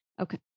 Okay